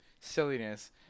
silliness